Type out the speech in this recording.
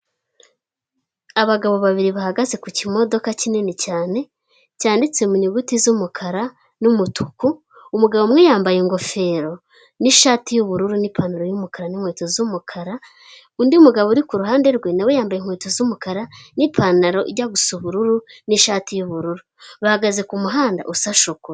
Abagabo babiri bahagaze ku kimodoka kinini cyane cyanditse mu nyuguti z'umukara n'umutuku, umugabo umwe yambaye ingofero n'ishati y'ubururu n'ipantaro y'umukara n'inkweto z'umukara, undi mugabo uri ku ruhande rwe nawe yambaye inkweto z'umukara n'ipantaro ijya gusa ubururu n'ishati y'ubururu, bahagaze ku muhanda usa shokora.